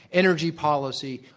energy policy,